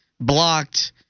blocked